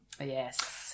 Yes